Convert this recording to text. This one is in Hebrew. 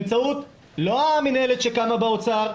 איש לא באמצעות המנהלת שקמה באוצר,